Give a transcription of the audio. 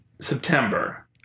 September